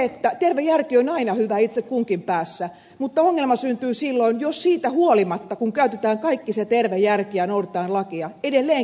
terve järki on aina hyvä itse kunkin päässä mutta ongelma syntyy silloin jos siitä huolimatta kun käytetään kaikkea sitä tervettä järkeä ja noudatetaan lakia edelleenkin sattuu veriteko